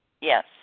Yes